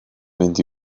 mynd